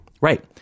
Right